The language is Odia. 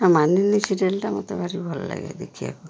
ହଁ ମାନିନୀ ସିରିଏଲଟା ମୋତେ ଭାରି ଭଲଲାଗେ ଦେଖିବାକୁ